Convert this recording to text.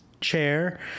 chair